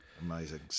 amazing